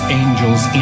angels